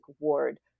award